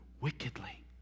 wickedly